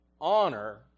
honor